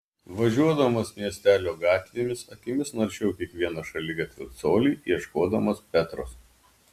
važiuodamas miestelio gatvėmis akimis naršau kiekvieną šaligatvio colį ieškodamas petros